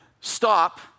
stop